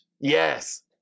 Yes